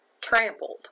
trampled